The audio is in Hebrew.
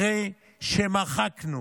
אחרי שמחקנו